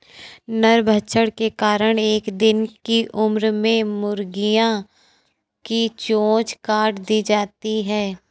नरभक्षण के कारण एक दिन की उम्र में मुर्गियां की चोंच काट दी जाती हैं